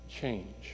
change